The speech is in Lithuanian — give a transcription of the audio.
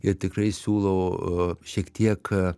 ir tikrai siūlau šiek tiek